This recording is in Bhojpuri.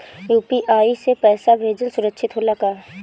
यू.पी.आई से पैसा भेजल सुरक्षित होला का?